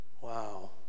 Wow